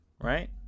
right